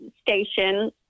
station